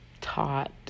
taught